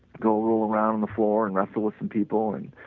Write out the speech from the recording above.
go rule around the floor and wrestle some people and,